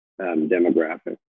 demographic